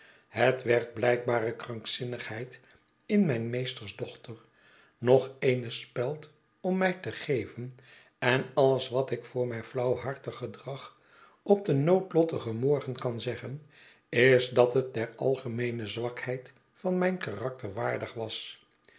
het werd blijkbare krankzinnigheid in mijn meesters dochter nog eene speld om mij te geven en alles wat ik voor mijn flauwhartig gedrag op den noodlottigen morgen kah zeggen is dat het der algemeene zwakheid van mijn karakter waardig was